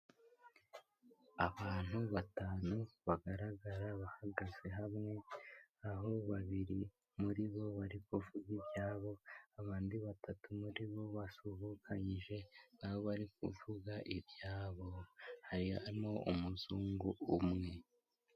Abantu batanu bagaragara bahagaze hamwe aho babiri muri bo bari kuvuga ibyabo abandi batatu muri bo basuhukanyije bari kuvuga ibyabo harimo umuzungu umwe.